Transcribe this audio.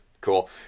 Cool